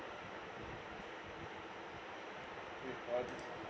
mm